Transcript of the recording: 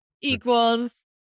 equals